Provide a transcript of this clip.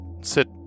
sit